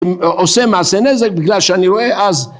עושה מעשי נזק בגלל שאני רואה אז